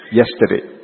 yesterday